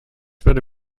würde